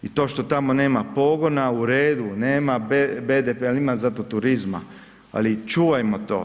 I to što tamo nema pogona, u redu, nema BDP-a, ali ima zato turizma, ali čuvajmo to.